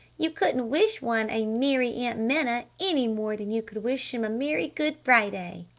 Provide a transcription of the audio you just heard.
you couldn't wish one a merry aunt minna any more than you could wish em a merry good friday!